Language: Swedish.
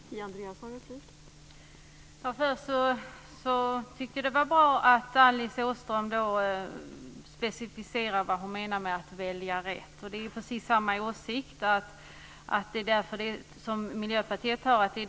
Fru talman! Först vill jag säga att jag tyckte att det var bra att Alice Åström specificerade vad hon menade med att välja rätt. Det är precis samma åsikt som Miljöpartiet har.